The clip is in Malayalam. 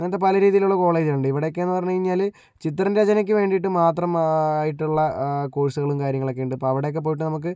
അങ്ങനത്തെ പല രീതിയിലുള്ള കോളേജുകളുണ്ട് ഇവിടെക്കേന്നൊക്കെ പറഞ്ഞു കഴിഞ്ഞാല് ചിത്രം രചനക്ക് വേണ്ടീട്ട് മാത്രം ആയിട്ടുള്ള കോഴ്സുകളും കാര്യങ്ങളൊക്കെ ഉണ്ട് അപ്പം അവിടെയൊക്കെ പോയിട്ട് നമുക്ക്